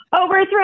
Overthrow